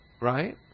right